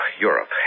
Europe